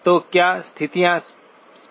तो क्या स्थितियाँ स्पष्ट हैं